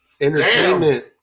entertainment